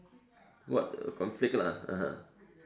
what conflict lah (uh huh)